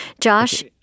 Josh